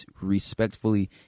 respectfully